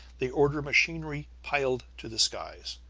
they order machinery piled to the skies.